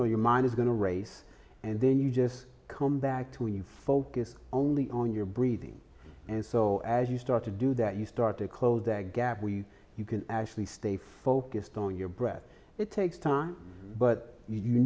know your mind is going to race and then you just come back to you focus only on your breathing and so as you start to do that you start to close that gap you can actually stay focused on your breath it takes time but you